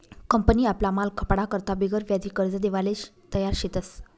company आपला माल खपाडा करता बिगरव्याजी कर्ज देवाले तयार शेतस